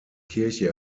kirche